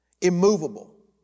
immovable